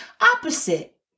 opposite